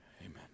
Amen